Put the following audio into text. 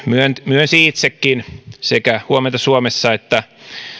myönsi itsekin sekä huomenta suomessa että